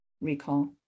recall